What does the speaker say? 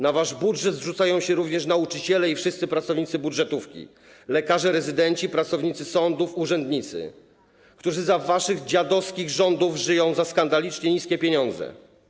Na wasz budżet zrzucają się również nauczyciele i wszyscy pracownicy budżetówki, lekarze rezydenci, pracownicy sądów, urzędnicy, którzy za waszych dziadowskich rządów żyją za skandalicznie małe pieniądze.